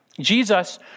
Jesus